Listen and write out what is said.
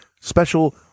special